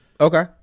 Okay